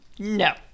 no